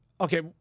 Okay